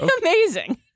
amazing